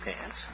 pants